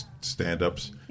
Stand-ups